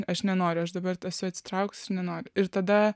aš nenoriu aš dabar esu atsitraukus ir nenoriu ir tada